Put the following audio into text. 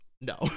no